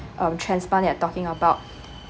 um transplant you're talking about